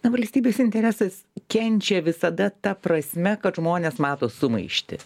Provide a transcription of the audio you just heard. na valstybės interesas kenčia visada ta prasme kad žmonės mato sumaištį